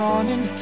Morning